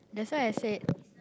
that's why I said